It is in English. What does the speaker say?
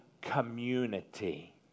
community